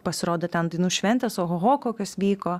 pasirodo ten dainų šventės ohoho kokios vyko